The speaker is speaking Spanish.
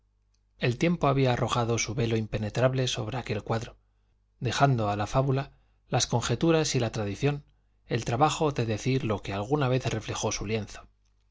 el tiempo había arrojado su velo impenetrable sobre aquel cuadro dejando a la fábula las conjeturas y la tradición el trabajo de decir lo que alguna vez reflejó su lienzo